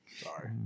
Sorry